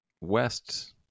west